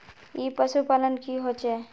ई पशुपालन की होचे?